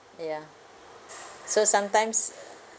ya so sometimes